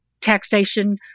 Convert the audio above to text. taxation